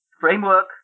framework